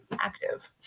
active